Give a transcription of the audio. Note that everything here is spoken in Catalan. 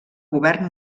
govern